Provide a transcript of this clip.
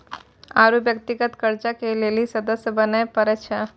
आरु व्यक्तिगत कर्जा के लेली सदस्य बने परै छै